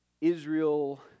Israel